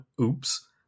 oops